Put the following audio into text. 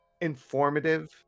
informative